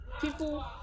People